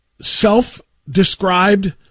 self-described